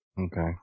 Okay